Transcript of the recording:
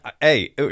Hey